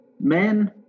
Men